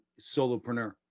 solopreneur